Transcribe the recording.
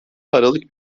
aralık